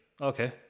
Okay